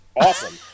awesome